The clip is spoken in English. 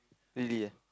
really ah